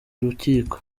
urukiko